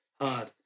hard